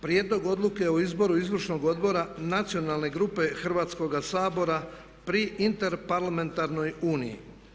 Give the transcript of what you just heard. Prijedlog Odluke o izboru Izbornog odbora Nacionalne grupe Hrvatskoga sabora pri Interparlamentarnoj uniji.